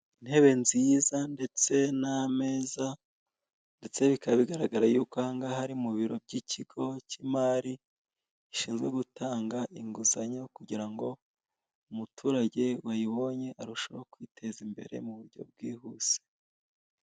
Intebe nziza ndetse n'ameza, ndetse bikaba bigaragara yuko aha ngaha ari mu biro by'ikigo cy'imari gishinzwe gutanga inguzanyo kugira ngo umuturage uyibonye arusheho kwiteza imbere mu buryo bwihuse.